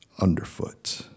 Underfoot